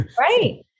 Right